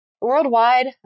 worldwide